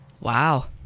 Wow